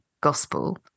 gospel